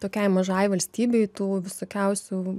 tokiai mažai valstybei tų visokiausių